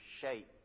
shape